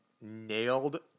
nailed